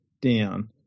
down